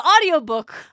Audiobook